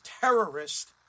terrorist